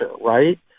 right